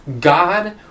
God